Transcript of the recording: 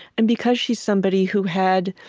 and because she's somebody who had